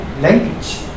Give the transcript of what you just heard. language